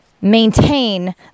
maintain